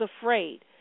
afraid